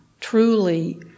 truly